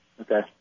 Okay